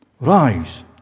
rise